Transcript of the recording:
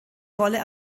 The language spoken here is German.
rolle